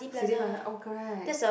City Plaza oh correct